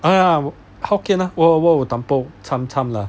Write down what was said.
ah hokkien lor lah